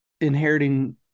inheriting